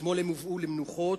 אתמול הם הובאו למנוחות,